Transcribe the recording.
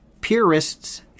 purists